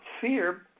fear